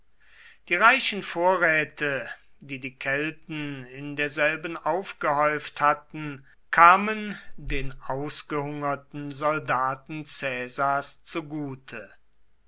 die reichen vorräte die die kelten in derselben aufgehäuft hatten kamen den ausgehungerten soldaten caesars zugute